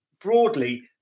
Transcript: broadly